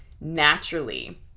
naturally